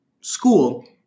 school